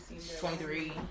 23